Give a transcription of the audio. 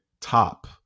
top